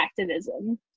activism